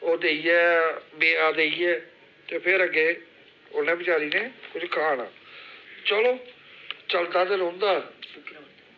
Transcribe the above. ओह् देइयै बेआ देइयै ते फिर अग्गें उ'न्नै बचारी ने कुछ खाना चलो चलदा दे रौंह्दा